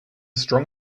strong